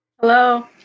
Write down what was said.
hello